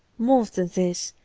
more than this,